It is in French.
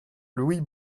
louis